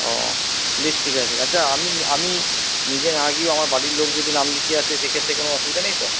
ও বেশ ঠিক আছে ঠিক আচ্ছা আমি আমি নিজে না গিয়েও আমার বাড়ির লোক যদি নাম লিখিয়ে আসে সেক্ষেত্রে কোনো অসুবিধা নেই তো